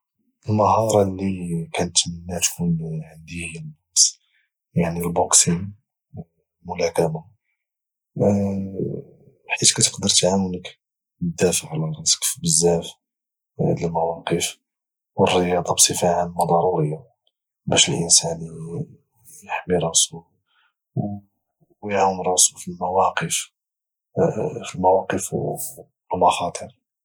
المهاره اللي كانتمنى تكون عندي هي البوكس يعني البوكسين ملاكمه حيت كتقدر تعاونك دافع على راسك في بزاف د المواقف والرياضة بصفة عامة ضرورية باش الانسان احمي راسو ويعاون راسو في المواقف والمخاطر